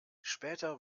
später